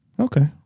Okay